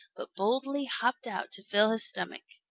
but boldly hopped out to fill his stomach.